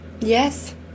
yes